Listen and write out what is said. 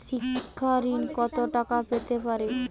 শিক্ষা ঋণ কত টাকা পেতে পারি?